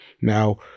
Now